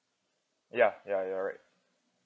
ya ya you're right